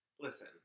Listen